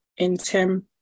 intim